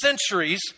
centuries